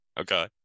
Okay